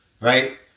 right